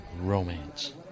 Romance